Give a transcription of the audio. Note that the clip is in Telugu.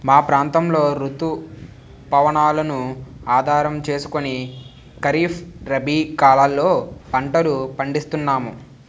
మా ప్రాంతంలో రుతు పవనాలను ఆధారం చేసుకుని ఖరీఫ్, రబీ కాలాల్లో పంటలు పండిస్తున్నాము